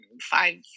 Five